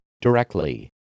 directly